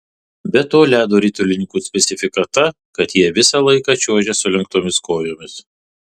be to ledo ritulininkų specifika ta kad jie visą laiką čiuožia sulenktomis kojomis